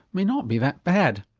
may not be that bad.